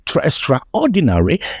extraordinary